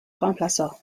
remplaça